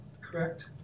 correct